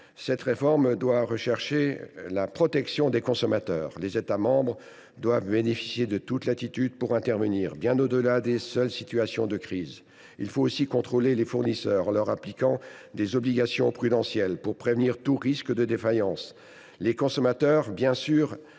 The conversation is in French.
la réforme doit viser la protection des consommateurs. Les États membres doivent bénéficier de toute latitude pour intervenir, bien au delà des seules situations de crise. Il faut aussi contrôler les fournisseurs, en leur appliquant des obligations prudentielles, pour prévenir tout risque de défaillance. Les consommateurs doivent